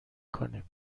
کنیم